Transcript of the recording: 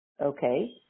Okay